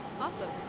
Awesome